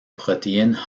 protéine